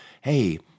hey